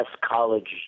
college